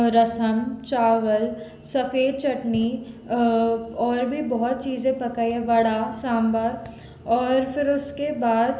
रसम चावल सफेद चटनी और भी बहुत चीज़ें पकाई है वड़ा सांभर और फिर उसके बाद